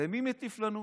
ומי מטיף לנו?